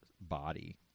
body